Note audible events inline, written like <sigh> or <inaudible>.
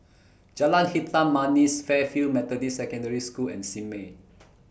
Jalan Hitam Manis Fairfield Methodist Secondary School and Simei <noise>